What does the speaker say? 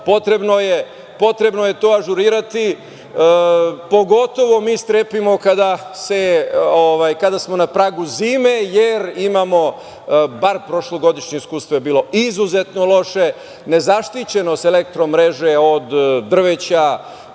Potrebno je to ažurirati. Pogotovo mi strepimo kada smo na pragu zime, jer imamo, bar prošlogodišnje iskustvo je bilo izuzetno loše, nezaštićenost elektromreže od drveća,